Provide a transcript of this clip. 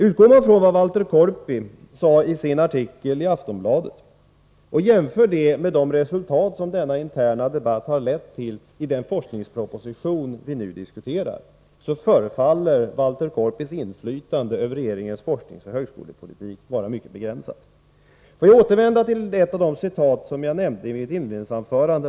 Utgår man från vad Walter Korpi sade i sin artikel i Aftonbladet och jämför det med de resultat i forskningspropositionen som denna interna debatt har lett till, förefaller Walter Korpis inflytande över regeringens forskningsoch högskolepolitik vara mycket begränsat. Jag vill understryka detta med ett citat som jag tog upp i mitt inledningsanförande.